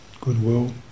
goodwill